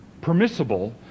permissible